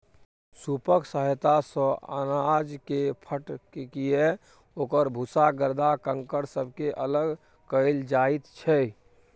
सूपक सहायता सँ अनाजकेँ फटकिकए ओकर भूसा गरदा कंकड़ सबके अलग कएल जाइत छै